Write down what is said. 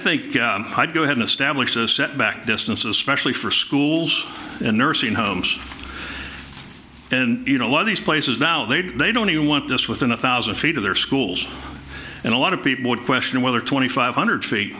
i'd go ahead an established a set back distance especially for schools and nursing homes and you know one of these places now they'd they don't even want just within a thousand feet of their schools and a lot of people would question whether twenty five hundred feet